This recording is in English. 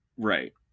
Right